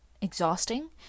exhausting